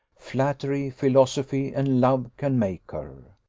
flattery, philosophy, and love can make her.